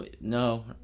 no